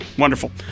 Wonderful